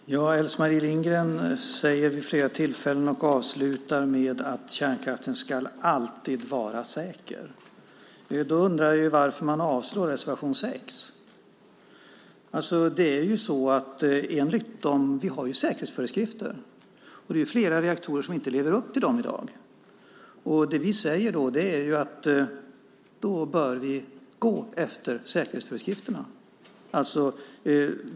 Fru talman! Else-Marie Lindgren säger vid flera tillfällen, och avslutar även med, att kärnkraften alltid ska vara säker. Då undrar jag varför man yrkar avslag på reservation 6. Vi har ju säkerhetsföreskrifter, men det är flera reaktorer som inte lever upp till dem i dag. Det vi säger är att vi bör gå efter säkerhetsföreskrifterna.